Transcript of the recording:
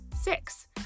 Six